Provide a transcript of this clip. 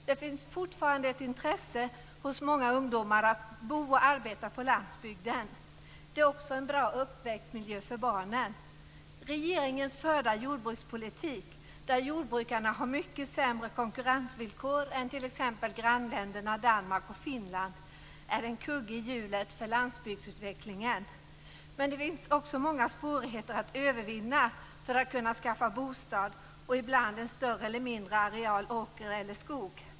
Det finns fortfarande ett intresse hos många ungdomar att bo och arbeta på landsbygden. Det är också en bra uppväxtmiljö för barnen. Regeringens förda jordbrukspolitik, där jordbrukarna har mycket sämre konkurrensvillkor än t.ex. grannländerna Danmark och Finland är en kugge i hjulet för landsbygdsutvecklingen. Men det finns också många svårigheter att övervinna för att kunna skaffa bostad och ibland en större eller mindre areal åker eller skog.